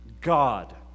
God